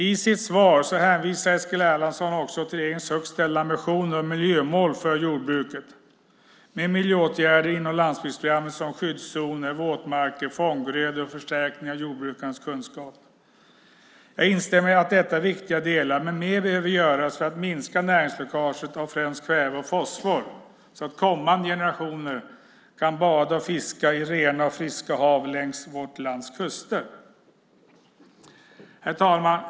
I sitt svar hänvisar Eskil Erlandsson också till regeringens högt ställda ambitioner och miljömål för jordbruket med miljöåtgärder inom landsbygdsprogrammet som skyddszoner, våtmarker, fånggrödor och förstärkning av jordbrukarens kunskap. Jag instämmer i att detta är viktiga delar, men mer behöver göras för att minska näringsläckaget av främst kväve och fosfor så att kommande generationer kan bada och fiska i rena och friska hav längs vårt lands kuster. Herr talman!